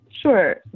Sure